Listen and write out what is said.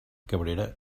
cabrera